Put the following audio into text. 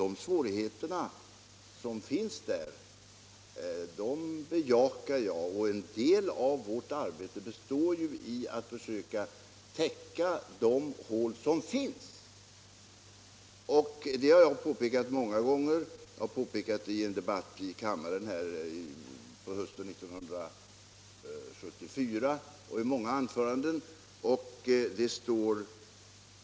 De svårigheter som finns i det avseendet är jag medveten om, och en del av vårt arbete består ju i att försöka täcka de hål som finns. Det har jag påpekat många gånger, bl.a. i en debatt här i kammaren hösten 1974.